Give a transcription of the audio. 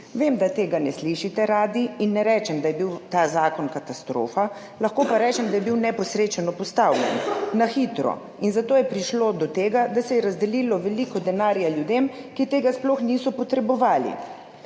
Vem, da tega ne slišite radi in ne rečem, da je bil ta zakon katastrofa. Lahko pa rečem, da je bil neposrečeno postavljen, na hitro, in zato je prišlo do tega, da se je razdelilo veliko denarja ljudem, ki tega sploh niso potrebovali.